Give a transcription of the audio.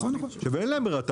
עכשיו אין להם ברירה,